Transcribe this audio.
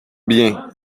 bien